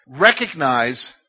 Recognize